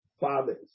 fathers